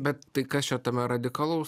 bet tai kas čia tame radikalaus